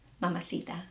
mamacita